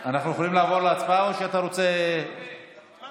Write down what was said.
אנחנו יכולים לעבור להצבעה, או שאתה רוצה, הצבעה.